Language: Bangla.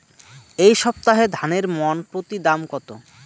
এই সপ্তাহে ধানের মন প্রতি দাম কত?